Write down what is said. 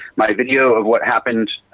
my video of what happened,